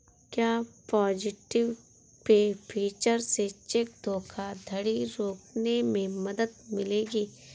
क्या positive pay feature से check धोखाधड़ी रोकने में मदद मिलेगी?